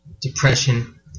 depression